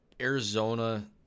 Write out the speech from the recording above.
Arizona